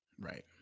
right